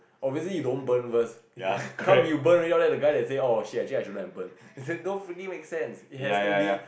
obviously you don't burn first can't be you burn already all that the guy then say oh actually I shouldn't have burnt don't freaking make sense it has to be